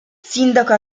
sindaco